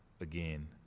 Again